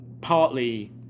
partly